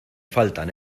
faltan